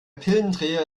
pillendreher